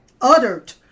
uttered